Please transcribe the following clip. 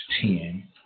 ten